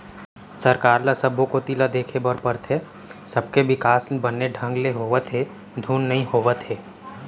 सरकार ल सब्बो कोती ल देखे बर परथे, सबके बिकास बने ढंग ले होवत हे धुन नई होवत हे